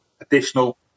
additional